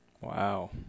wow